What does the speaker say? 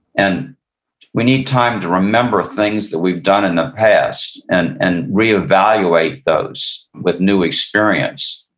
and we need time to remember things that we've done in the past, and and reevaluate those with new experience.